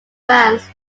fans